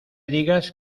digas